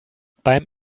beim